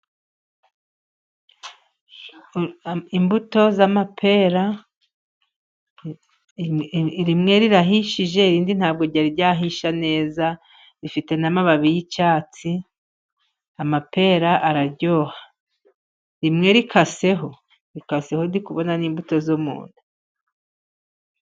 Imbuto z'amapera, rimwe rirahishije irindi nta bwo ryari ryahisha neza. Rifite n'amababi y'icyatsi. Amapera araryoha. Rimwe rikaseho, rikaseho ndi kubona n'imbuto zo mu nda.